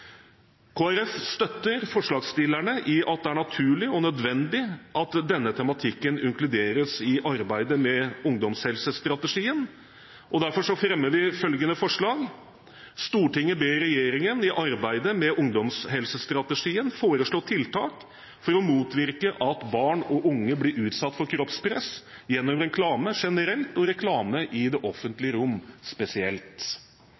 Folkeparti støtter forslagsstillerne i at det er naturlig og nødvendig at denne tematikken inkluderes i arbeidet med ungdomshelsestrategien. Derfor fremmer vi følgende forslag: «Stortinget ber regjeringen i arbeidet med ungdomshelsestrategien foreslå tiltak for å motvirke at barn og unge blir utsatt for kroppspress gjennom reklame generelt, og reklame i offentlige rom spesielt.» Vi er glad for at det